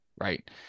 right